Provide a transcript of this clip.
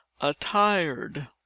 attired